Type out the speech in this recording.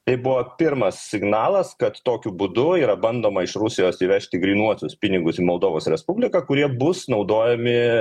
tai buvo pirmas signalas kad tokiu būdu yra bandoma iš rusijos įvežti grynuosius pinigus į moldovos respubliką kurie bus naudojami